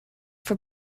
for